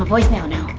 voicemail now.